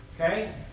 okay